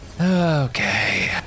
Okay